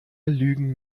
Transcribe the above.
lügen